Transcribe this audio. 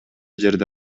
жерде